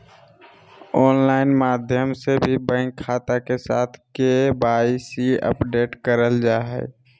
online माध्यम से भी बैंक खाता के साथ के.वाई.सी अपडेट करल जा हय